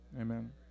amen